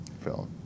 film